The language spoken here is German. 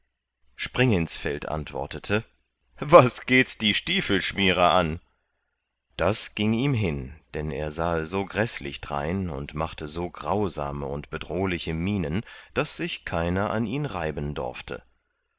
springinsfeld antwortete was gehets die stiefelschmierer an das gieng ihm hin dann er sahe so gräßlich drein und machte so grausame und bedrohliche mienen daß sich keiner an ihn reiben dorfte